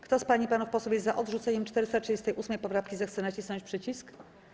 Kto z pań i panów posłów jest za odrzuceniem 438. poprawki, zechce nacisnąć przycisk.